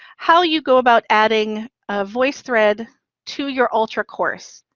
how you go about adding a voicethread to your ultra course.